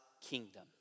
kingdom